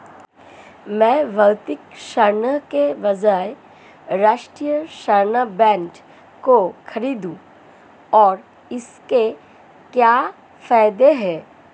मैं भौतिक स्वर्ण के बजाय राष्ट्रिक स्वर्ण बॉन्ड क्यों खरीदूं और इसके क्या फायदे हैं?